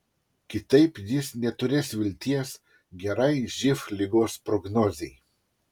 kitaip jis neturės vilties gerai živ ligos prognozei